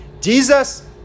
Jesus